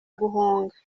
guhunga